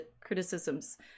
criticisms